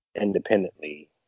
independently